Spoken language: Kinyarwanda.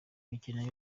imikino